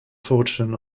fortune